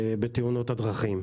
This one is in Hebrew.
בתאונות הדרכים.